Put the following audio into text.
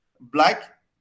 black